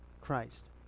Christ